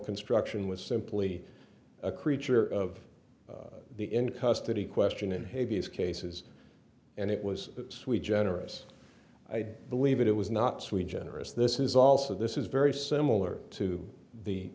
construction was simply a creature of the in custody question in haiti's cases and it was sui generous i believe it was not sweet generous this is also this is very similar to the